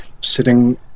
sitting